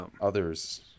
others